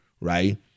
right